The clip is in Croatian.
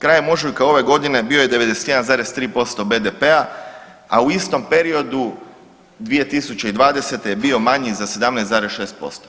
Krajem ožujka ove godine bio je 91,3% BDP-a, a u istom periodu 2020. je bio manji za 17,6%